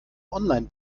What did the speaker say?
online